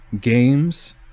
games